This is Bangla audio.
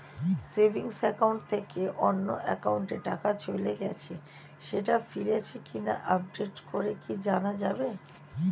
সেভিংস একাউন্ট থেকে অন্য একাউন্টে টাকা চলে গেছে সেটা ফিরেছে কিনা আপডেট করে কি জানা যাবে?